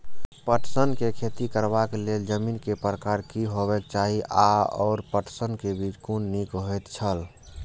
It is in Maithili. पटसन के खेती करबाक लेल जमीन के प्रकार की होबेय चाही आओर पटसन के बीज कुन निक होऐत छल?